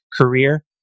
career